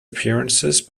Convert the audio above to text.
appearances